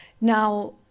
Now